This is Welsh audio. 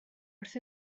wrth